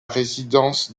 résidence